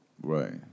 Right